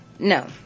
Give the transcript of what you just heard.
No